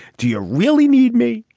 do you really need me.